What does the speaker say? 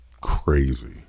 crazy